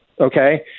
Okay